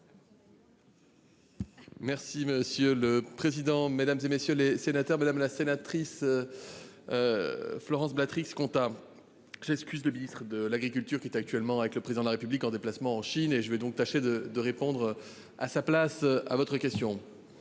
Merci monsieur le président, Mesdames, et messieurs les sénateurs, madame la sénatrice. Florence Beatrice, comptable. S'excuse. Le ministre de l'agriculture qui est actuellement avec le président de la République en déplacement en Chine et je vais donc tâcher de de répondre à sa place à votre question.